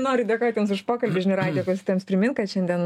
noriu dėkot jums už pokalbius žinių radijo klausytojams primint kad šiandien